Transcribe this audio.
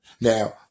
Now